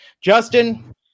Justin